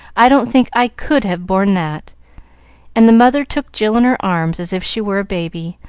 i don't think i could have borne that and the mother took jill in her arms as if she were a baby,